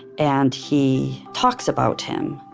and he talks about him.